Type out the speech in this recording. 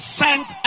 sent